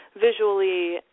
visually